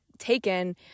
taken